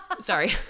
Sorry